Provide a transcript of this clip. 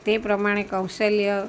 તે પ્રમાણે કૌશલ્ય